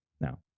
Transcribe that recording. now